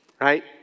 right